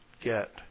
get